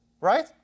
Right